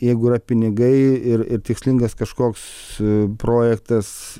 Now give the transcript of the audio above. jeigu yra pinigai ir ir tikslingas kažkoks projektas